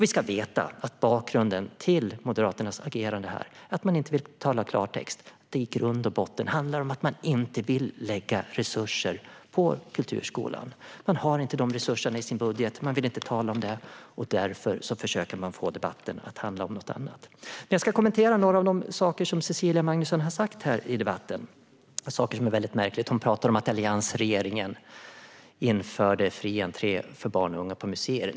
Vi ska veta att bakgrunden till Moderaternas agerande här - att de inte vill tala klartext - i grund och botten handlar om att de inte vill lägga resurser på kulturskolan. De har inte de resurserna i sin budget, de vill inte tala om det och därför försöker de få debatten att handla om något annat. Jag ska dock kommentera några av de saker som Cecilia Magnusson har sagt här i debatten och som är väldigt märkliga. Hon pratade om att alliansregeringen införde fri entré för barn och unga på museer.